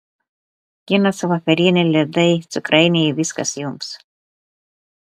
kinas vakarienė ledai cukrainėje viskas jums